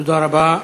תודה רבה.